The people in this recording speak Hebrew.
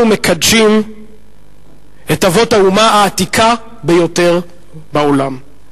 אנחנו מקדשים את אבות האומה העתיקה ביותר בעולם,